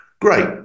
Great